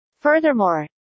Furthermore